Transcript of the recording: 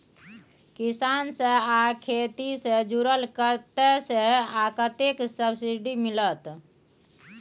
किसान से आ खेती से जुरल कतय से आ कतेक सबसिडी मिलत?